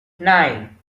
nine